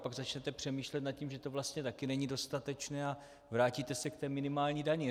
Pak začnete přemýšlet nad tím, že to vlastně taky není dostatečné, a vrátíte se k té minimální dani.